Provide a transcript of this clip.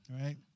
Right